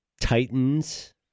Titans